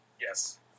Yes